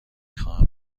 خواهم